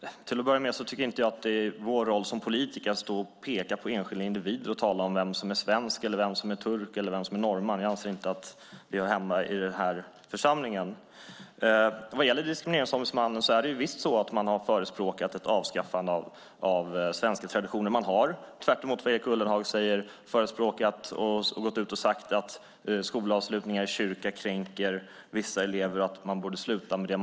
Fru talman! Till att börja med tycker jag inte att det ingår i vår roll som politiker att peka på enskilda individer och tala om vem som är svensk, vem som är turk eller vem som är norrman. Jag anser inte att det hör hemma i den här församlingen. Diskrimineringsombudsmannen har visst förespråkat ett avskaffande av svenska traditioner. Man har, tvärtemot vad Erik Ullenhag säger, gått ut och sagt att skolavslutningar i kyrkan kränker vissa elever och att man borde sluta med det.